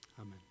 Amen